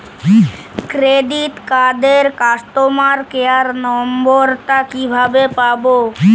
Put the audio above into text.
Credit কার্ডের customer care number টা কিভাবে পাবো?